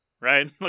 right